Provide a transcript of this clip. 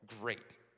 great